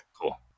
Cool